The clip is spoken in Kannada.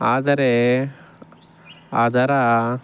ಆದರೆ ಅದರ